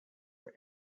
for